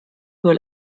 wohl